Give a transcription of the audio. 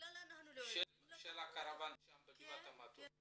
של הקרוון בגבעת המטוס?